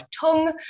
tongue